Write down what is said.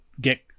get